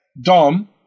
Dom